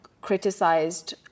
criticized